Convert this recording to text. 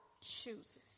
chooses